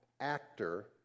actor